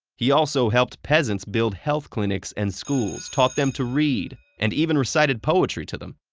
he also helped peasants build health clinics and schools, taught them to read, and even recited poetry to them.